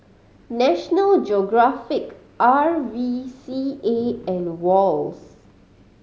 National Geographic R V C A and Wall's